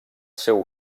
seu